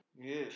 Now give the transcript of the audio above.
Yes